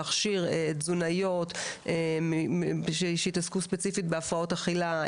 להכשיר תזונאיות שיתעסקו ספציפית בהפרעות אכילה,